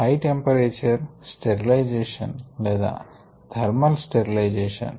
high temperature sterilisation లేదా thermal sterilisation